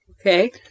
Okay